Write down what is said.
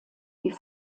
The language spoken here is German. die